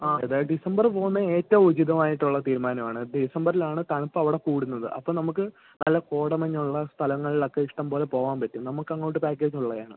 ആ ഏതാണ് ഡിസംബർ പോകുന്നത് ഏറ്റവും ഉചിതമായിട്ടുള്ള തീരുമാനമാണ് ഡിസംബറിലാണ് തണുപ്പവിടെ കൂടുന്നത് അപ്പോൾ നമുക്ക് നല്ല കോടമഞ്ഞുള്ള സ്ഥലങ്ങളിലൊക്കെ ഇഷ്ടംപോലെ പോവാൻ പറ്റും നമുക്കങ്ങോട്ട് പാക്കേജ് ഉള്ളതാണ്